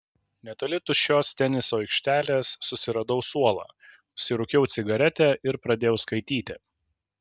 netoli tuščios teniso aikštelės susiradau suolą užsirūkiau cigaretę ir pradėjau skaityti